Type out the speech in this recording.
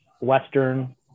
Western